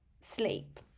sleep